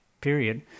period